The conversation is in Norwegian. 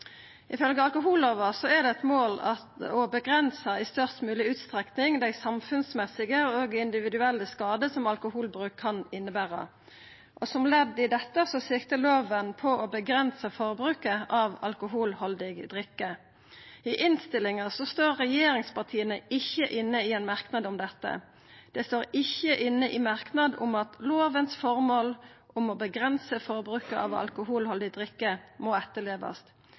alkohollova er det eit mål å avgrensa i størst mogleg utstrekning dei samfunnsmessige og individuelle skadane som alkoholbruk kan innebera. Som ledd i dette siktar loven inn mot å avgrensa forbruket av alkoholhaldig drikke. I innstillinga står regjeringspartia ikkje inne i ein merknad om dette. Dei står ikkje inne i merknaden om at lovens føremål om å avgrensa forbruket av alkoholholdig drikke må etterlevast.